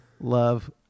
love